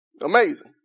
Amazing